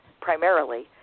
primarily